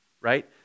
right